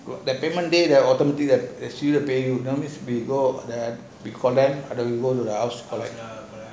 their payment day auto one no need to go the call them or somewhere else